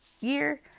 year